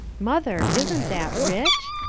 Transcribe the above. mother, isn't that rich?